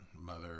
mother